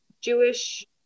Jewish